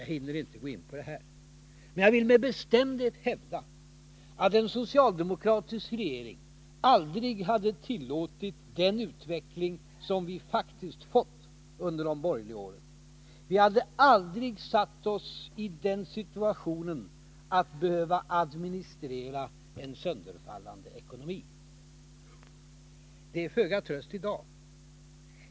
Jag hinner inte gå in på dem här, men jag vill med bestämdhet hävda att en socialdemokratisk regering aldrig hade tillåtit den utveckling som vi faktiskt har fått under de borgerliga åren. Vi hade aldrig satt oss i den situationen att vi behövde administrera en sönderfallande ekonomi. Det är till föga tröst i dag.